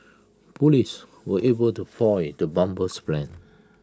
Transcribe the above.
Police were able to foil the bomber's plans